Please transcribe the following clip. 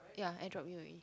ya airdrop you already